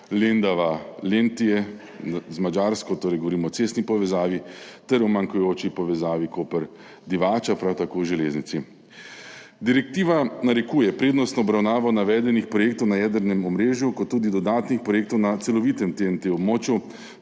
Lendava–Lenti na Madžarskem, govorimo torej o cestni povezavi, ter manjkajoča povezava Koper–Divača, prav tako železnica. Direktiva narekuje prednostno obravnavo navedenih projektov na jedrnem omrežju kot tudi dodatnih projektov na celovitem območju